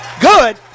good